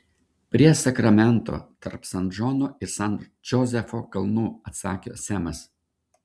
prie sakramento tarp san džono ir san džozefo kalnų atsakė semas